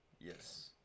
Yes